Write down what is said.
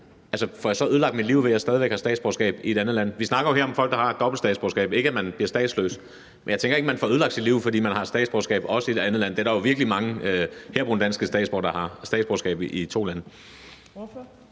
det, får jeg så ødelagt mit liv, ved at jeg stadig væk har statsborgerskab i et andet land? Vi snakker jo her om folk, der har et dobbelt statsborgerskab – ikke at de bliver statsløse. Men jeg tænker ikke, at man får ødelagt sit liv, fordi man har statsborgerskab også i et andet land. Der er jo virkelig mange herboende danske statsborgere, der har statsborgerskab i to lande.